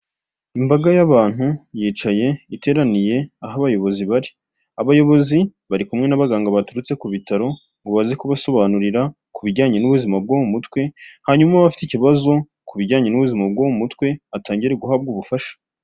Imbaga y'abantu yicaye iteraniye aho abayobozi bari, abayobozi bari kumwe n'abaganga baturutse ku bitaro ngo baze kubasobanurira ku bijyanye n'ubuzima bwo mu mutwe, hanyuma uwaba afite ikibazo ku bijyanye n'ubuzima bwo mu mutwe atangira guhabwa ubufasha.